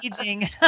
aging